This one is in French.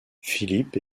philippe